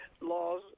laws